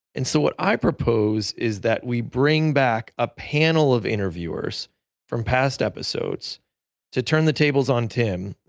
and so what i propose is that we bring back a panel of interviews from past episodes to turn the tables on tim,